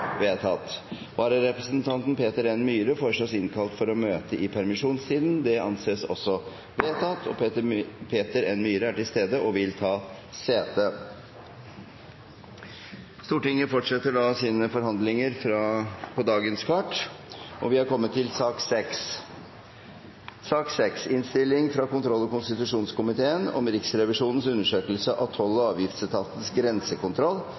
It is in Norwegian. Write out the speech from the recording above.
vedtatt. Vararepresentanten Peter N. Myhre foreslås innkalt for å møte i permisjonstiden. – Det anses også vedtatt. Peter N. Myhre er til stede og vil ta sete. Stortinget fortsetter sine forhandlinger i sakene på dagens kart. Då me fekk rapporten frå Riksrevisjonen, kunne ein kanskje få inntrykk av at ein kunne smugla nesten kva som helst inn i landet utan å verta oppdaga. Heldigvis er